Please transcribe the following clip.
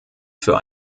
für